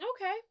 Okay